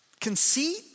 Conceit